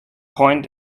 point